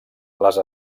les